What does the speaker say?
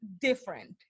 different